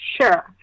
sure